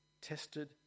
tested